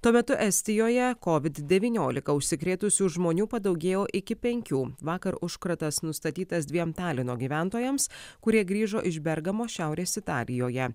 tuo metu estijoje covid devyniolika užsikrėtusių žmonių padaugėjo iki penkių vakar užkratas nustatytas dviem talino gyventojams kurie grįžo iš bergamo šiaurės italijoje